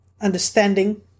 understanding